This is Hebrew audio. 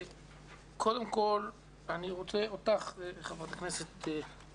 קודם כל אני רוצה לברך אותך, חברת הכנסת,